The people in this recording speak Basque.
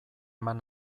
eman